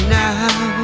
now